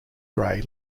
grey